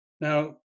Now